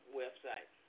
website